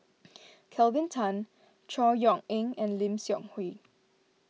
Kelvin Tan Chor Yeok Eng and Lim Seok Hui